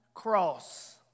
cross